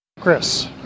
Chris